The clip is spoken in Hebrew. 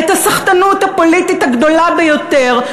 את הסחטנות הפוליטית הגדולה ביותר,